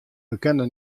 bekende